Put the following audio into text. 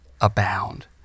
abound